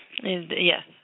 Yes